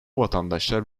vatandaşlar